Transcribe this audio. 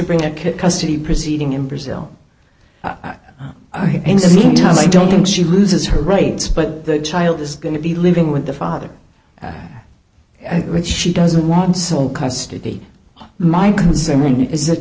bring a custody proceeding in brazil i mean time i don't think she loses her rights but the child is going to be living with the father which she doesn't want sole custody my consuming is that